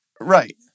Right